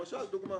למשל, דוגמה.